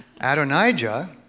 Adonijah